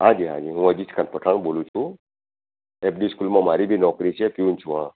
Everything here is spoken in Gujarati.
હાજી હાજી હું અજીતખાન પઠાણ બોલું છું એચડી સ્કૂલમાં મારી બી નોકરી છે પ્યુન છું હા